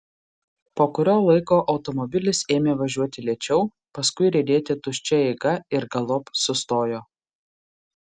po kurio laiko automobilis ėmė važiuoti lėčiau paskui riedėti tuščia eiga ir galop sustojo